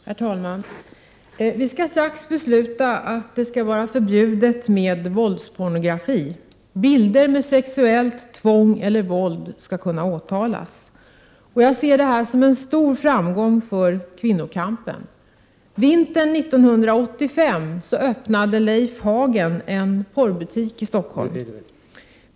Herr talman! Vi skall strax besluta att våldspornografi skall vara förbjuden. Bilder föreställande sexuellt tvång eller våld skall kunna åtalas. Jag ser det som en stor framgång för kvinnokampen. Vintern 1985 öppnade Leif Hagen en porrbutik i Stockholm.